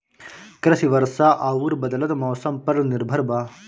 कृषि वर्षा आउर बदलत मौसम पर निर्भर बा